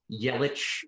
Yelich